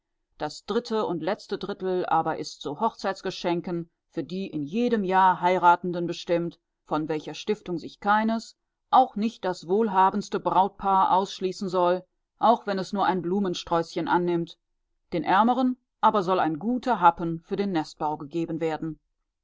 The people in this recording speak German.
das dritte und letzte drittel aber ist zu hochzeitsgeschenken für die in jedem jahr heiratenden bestimmt von welcher stiftung sich keines auch nicht das wohlhabendste brautpaar ausschließen soll auch wenn es nur ein blumensträußchen annimmt den ärmeren aber soll ein guter happen für den nestbau gegeben werden